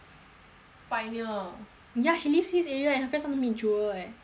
pioneer ya she live this area and her friends want to meet jewel eh no say no